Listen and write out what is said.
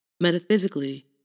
Metaphysically